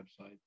website